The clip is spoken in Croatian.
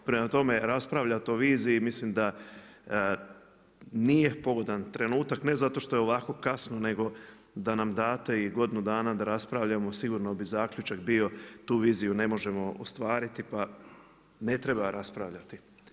Prema tome raspravljati o viziji mislim da nije pogodan trenutak, ne zato što je ovako kasno nego da nam date i godinu dana da raspravljamo sigurno bi zaključak bio tu viziju ne možemo ostvariti pa ne treba raspravljati.